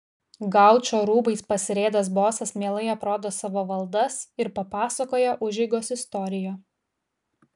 gaučo rūbais pasirėdęs bosas mielai aprodo savo valdas ir papasakoja užeigos istoriją